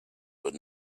but